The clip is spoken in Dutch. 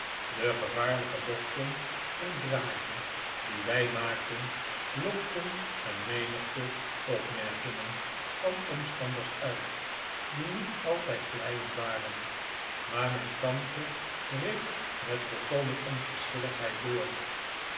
de gevaarlijke bochten en draaien die wij maakten lokten een menigte opmerkingen van omstanders uit die niet altijd vleiend waren maar mijn tante reed met volkomen onverschilligheid door